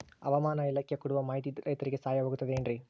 ಹವಮಾನ ಇಲಾಖೆ ಕೊಡುವ ಮಾಹಿತಿ ರೈತರಿಗೆ ಸಹಾಯವಾಗುತ್ತದೆ ಏನ್ರಿ?